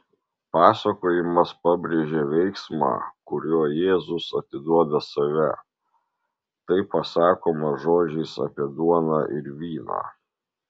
pasakojimas pabrėžia veiksmą kuriuo jėzus atiduoda save tai pasakoma žodžiais apie duoną ir vyną